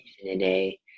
today